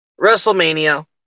WrestleMania